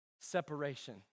Separation